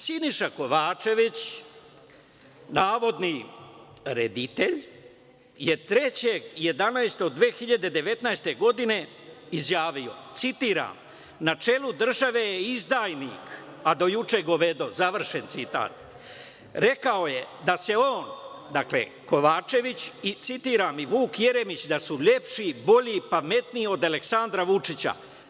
Siniša Kovačević, navodni reditelj je 3. novembra 2019, godine izjavio: "Na čelu države je izdajnik, a do juče govedo." Rekao je on, dakle, Kovačević, i citirani Vuk Jeremić, da su lepši, bolji, pametniji od Aleksandra Vučića.